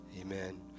amen